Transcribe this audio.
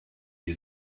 die